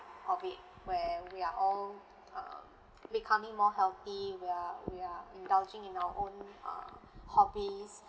of it where we are all uh becoming more healthy we are we are indulging in our own uh hobbies